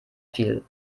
fiel